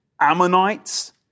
Ammonites